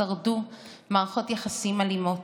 שרדו מערכות יחסים אלימות.